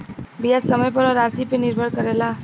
बियाज समय पे अउर रासी पे निर्भर करेला